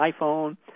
iPhone